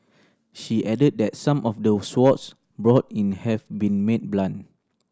she added that some of the swords brought in have been made blunt